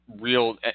real